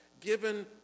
given